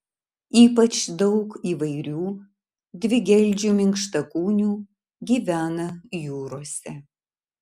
ypač daug įvairių dvigeldžių minkštakūnių gyvena jūrose